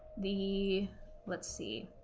the let's see,